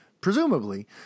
presumably